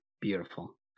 beautiful